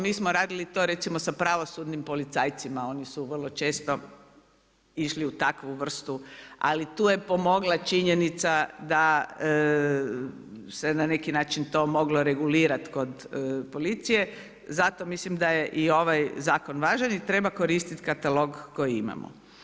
Mi smo radili to recimo sa pravosudnim policajcima, oni su vrlo često išli u takvu vrstu, ali tu je pomogla činjenica da se je to na neki način moglo regulirati kod policije, zato mislim da je i ovaj zakon važan i treba koristiti katalog koji imamo.